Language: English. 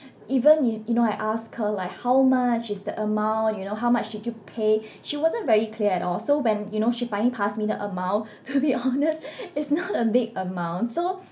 even you you know I ask her like how much is the amount you know how much did you pay she wasn't very clear at all so when you know she finally pass me the amount to be honest it's not a big amount so